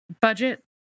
budget